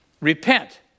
repent